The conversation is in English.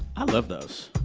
i love those.